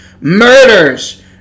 murders